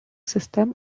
систем